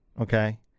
okay